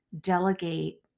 delegate